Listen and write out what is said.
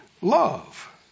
love